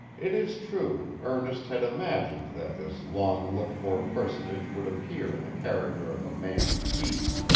it is true, ernest had imagined that this long-looked-for personage would appear in the character of a man of peace,